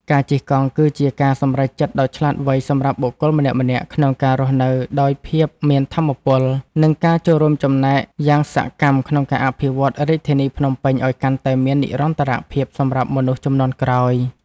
ការជិះកង់គឺជាការសម្រេចចិត្តដ៏ឆ្លាតវៃសម្រាប់បុគ្គលម្នាក់ៗក្នុងការរស់នៅដោយភាពមានថាមពល និងការចូលរួមចំណែកយ៉ាងសកម្មក្នុងការអភិវឌ្ឍរាជធានីភ្នំពេញឱ្យកាន់តែមាននិរន្តរភាពសម្រាប់មនុស្សជំនាន់ក្រោយ។